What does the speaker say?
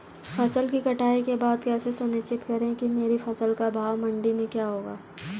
फसल की कटाई के बाद कैसे सुनिश्चित करें कि मेरी फसल का भाव मंडी में क्या होगा?